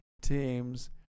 teams